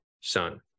son